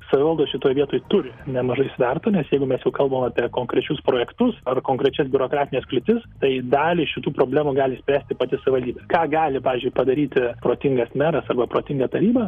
savivalda šitoje vietoj turi nemažai svertų nes jeigu sugalvojote konkrečius projektus ar konkrečias biurokratines kliūtis tai dalį šitų problemų gali spręsti pati savivaldybė ką gali pavyzdžiui padaryti protingas meras arba protinga taryba